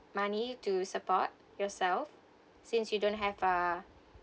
money to support yourself since you don't have a